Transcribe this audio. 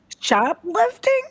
Shoplifting